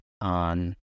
on